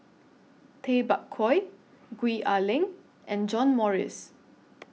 Tay Bak Koi Gwee Ah Leng and John Morrice